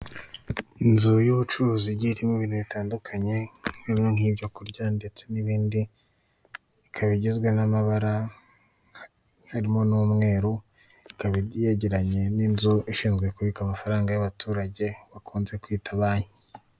Inzu y'ubucuruzi igiye irimo ibintu bitandukanye, harimo nk'ibyo kurya ndetse n'ibindi, ikaba igizwe n'amabara, harimo n'umweru, ikaba yegeranye n'inzu ishinzwe kubika amafaranga y'abaturage bakunze kwita banki.